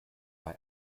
bei